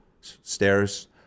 stairs